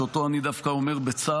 שאותו אני דווקא אומר בצער,